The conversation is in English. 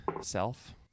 self